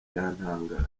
byantangaje